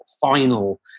final